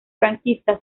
franquista